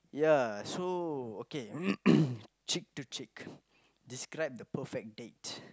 ya so okay cheek to cheek describe the perfect date